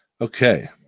okay